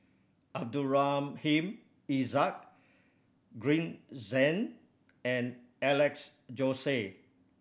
Abdul Rahim Ishak Green Zeng and Alex Josey